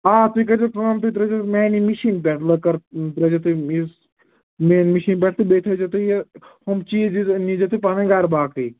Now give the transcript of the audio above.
آ تُہۍ کٔرۍزیٚو کٲم تُہۍ ترٛٲوِزیٚو میٛانہِ مِشیٖن پٮ۪ٹھ لٔکٕر ترٛٲوزیٚو تُہۍ یُس میٛٲنۍ مِشیٖن پٮ۪ٹھ تہٕ بیٚیہِ تھٲوِزیٚو تُہۍ یہِ ہُم چیٖزِ ویٖز نیٖزیٚو تُہۍ پانے گرٕ باقٕے